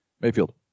Mayfield